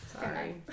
Sorry